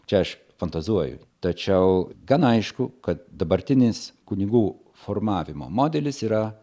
čia aš fantazuoju tačiau gana aišku kad dabartinis kunigų formavimo modelis yra